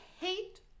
hate